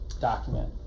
document